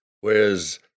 whereas